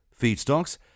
feedstocks